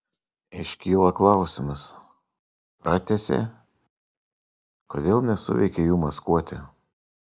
iškyla klausimas pratęsė kodėl nesuveikė jų maskuotė